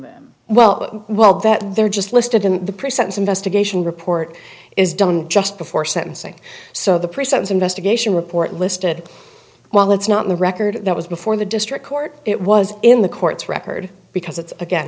during well while that they're just listed in the pre sentence investigation report is done just before sentencing so the pre sentence investigation report listed well that's not the record that was before the district court it was in the court's record because it's again